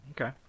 Okay